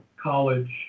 college